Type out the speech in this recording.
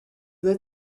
lit